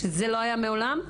שזה לא היה מעולם?